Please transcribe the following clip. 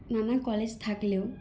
নানা কলেজ থাকলেও